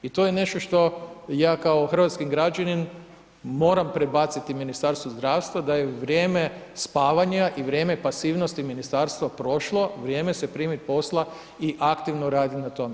I to je nešto što ja kao hrvatski građanin moram predbaciti Ministarstvu zdravstva da je u vrijeme spavanja i vrijeme pasivnosti Ministarstva prošlo, vrijeme se primit posla i aktivno radit na tome.